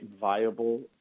viable